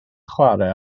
chwarae